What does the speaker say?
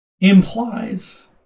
implies